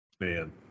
Man